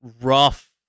rough